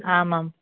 आमाम्